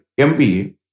MBA